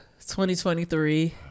2023